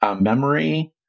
memory